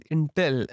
Intel